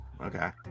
Okay